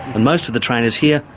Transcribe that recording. and most of the trainers here,